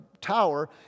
tower